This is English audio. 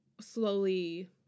slowly